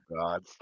God